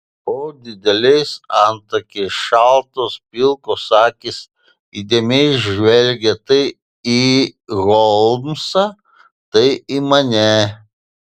po dideliais antakiais šaltos pilkos akys įdėmiai žvelgė tai į holmsą tai į mane